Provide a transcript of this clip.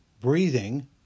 breathing